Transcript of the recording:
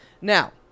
now